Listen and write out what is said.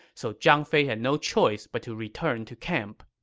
so zhang fei had no choice but to return to camp